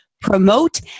promote